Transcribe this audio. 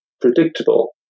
predictable